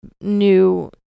new